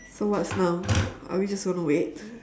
so what's now are we just going to wait